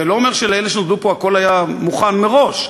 זה לא אומר שלאלה שנולדו פה הכול היה מוכן מראש,